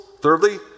Thirdly